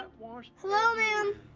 ah hello ma'am.